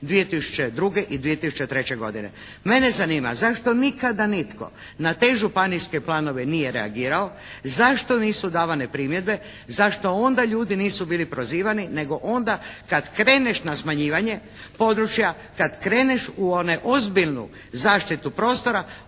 2002. i 2003. godine. Mene zanima zašto nikada nitko na te županijske planove nije reagirao, zašto nisu davane primjedbe? Zašto onda ljudi nisu bili prozivani, nego onda kad kreneš na smanjivanje područja, kad kreneš u one ozbiljnu zaštitu prostora